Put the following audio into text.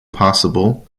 possible